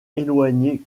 éloigné